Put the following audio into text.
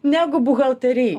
negu buhalteriai